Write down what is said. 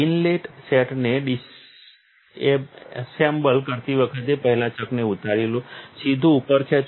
inlet સેટને disassemble કરતી વખતે પહેલા ચકને ઉતારી લો સીધુ ઉપર ખેંચો